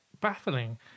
Baffling